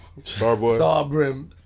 Starboy